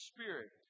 Spirit